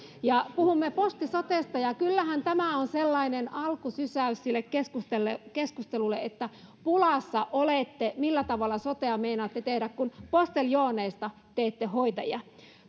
puhumme posti sotesta ja kyllähän tämä on sellainen alkusysäys sille keskustelulle että pulassa olette siinä millä tavalla sotea meinaatte tehdä kun posteljooneista teette hoitajia